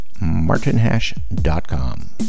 martinhash.com